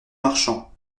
marchand